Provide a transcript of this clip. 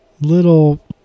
little